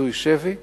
כפדוי שבי